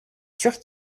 sûr